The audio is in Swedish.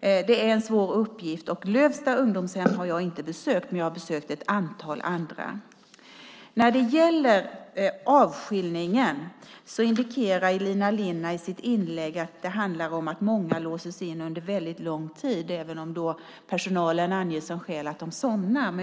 Det är en svår uppgift. Lövsta ungdomshem har jag inte besökt, men jag har besökt ett antal andra. När det gäller avskiljningen indikerar Elina Linna i sitt inlägg att det handlar om att många låses in under väldigt lång tid, även om personalen anger som skäl att de somnar.